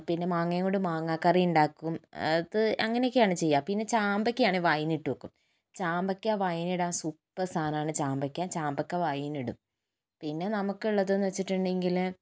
പിന്നെ മാങ്ങയും കൊണ്ട് മാങ്ങാ കറി ഇണ്ടാക്കും അത് അങ്ങനെയൊക്കെയാണ് ചെയ്യാ പിന്നെ ചാമ്പയ്ക്കയാണെൽ വൈനിട്ട് വെക്കും ചാമ്പക്ക വൈനിടാൻ സൂപ്പർ സാധനമാണ് ചാമ്പയ്ക്ക ചാമ്പക്ക വൈനിടും പിന്ന നമുക്കുള്ളതെന്ന് വെച്ചിട്ടുണ്ടെങ്കില്